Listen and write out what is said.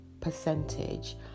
percentage